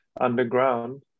underground